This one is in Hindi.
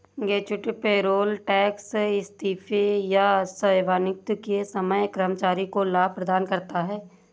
ग्रेच्युटी पेरोल टैक्स इस्तीफे या सेवानिवृत्ति के समय कर्मचारी को लाभ प्रदान करता है